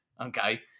Okay